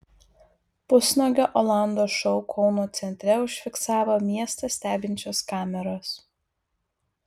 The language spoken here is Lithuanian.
pusnuogio olando šou kauno centre užfiksavo miestą stebinčios kameros